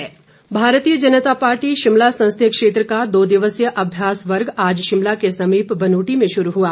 BJP Bharatiya Janata Party Shimla संसदीय क्षेत्र का दो दिवसीय अभ्यास वर्ग आज शिमला के समीप बनूटी में शुरू हुआ